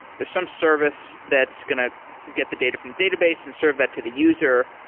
there's some service that's going to get the data from the database and serve that to the user,